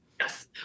Yes